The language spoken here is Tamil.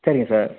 சரிங்க சார்